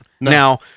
Now